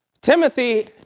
Timothy